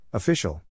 Official